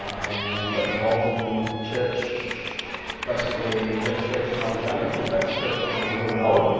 and then got involved in church basically left church when i was younger went back to church when i was a little bit older?